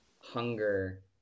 hunger